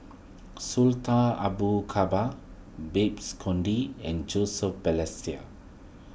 Sultan Abu Kabar Babes Conde and Joseph Balestier